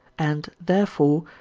and, therefore,